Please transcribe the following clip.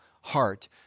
heart